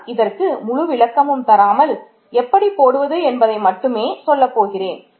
நான் இதற்கு முழு விளக்கமும் தராமல் எப்படி போடுவது என்பதை மட்டுமே சொல்லப் போகிறேன்